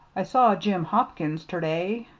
i saw jim hopkins ter-day.